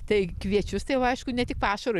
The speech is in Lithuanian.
tai kviečius tai jau aišku ne tik pašarui